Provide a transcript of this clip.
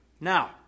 Now